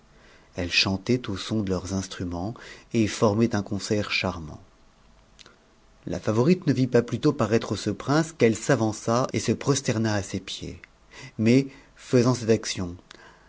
elles chantaient au son de leurs instruments et formaient un concert charmant la favorite ne vit pas plus tôt paraître ce prince qu'elle s'avança et se prosterna à ses pieds mais faisant cette action